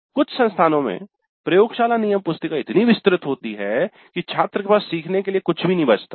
कुछ संस्थानों में प्रयोगशाला नियम पुस्तिका इतनी विस्तृत होती है कि छात्र के पास सीखने के लिए कुछ भी नहीं बचता है